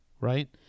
right